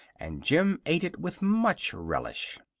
and jim ate it with much relish.